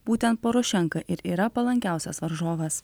būtent porošenka ir yra palankiausias varžovas